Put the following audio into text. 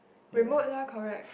remote lah correct